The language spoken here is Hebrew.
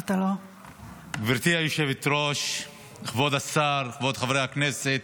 גברתי היושב-ראש, כבוד השר, כבוד חברי הכנסת,